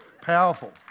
Powerful